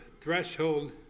threshold